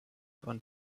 und